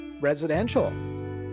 residential